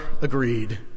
agreed